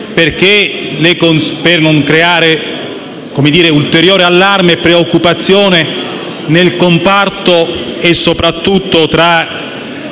astenuti per non creare ulteriore allarme e preoccupazione nel comparto e soprattutto tra